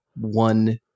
one